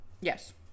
Yes